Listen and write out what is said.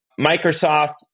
Microsoft